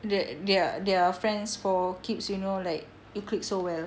they're they're friends for keeps you know like you click so well